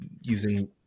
using –